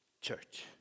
church